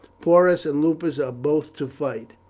porus and lupus are both to fight.